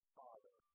father